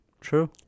True